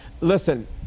Listen